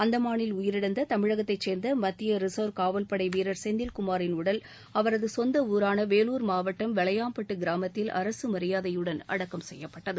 அந்தமானில் உயிரிழந்த தமிழகத்தைச் சேர்ந்த மத்திய ரிசர்வ் காவல்படை வீரர் செந்தில்குமாரின் உடல் அவரது சொந்த ஊரான வேலூர் மாவட்டம் வலையாம்பட்டு கிராமத்தில் அரசு மரியாதையுடன் அடக்கம் செய்யப்பட்டகு